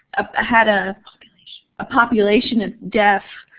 ah a had a population a population of deaf.